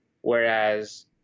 Whereas